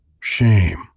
shame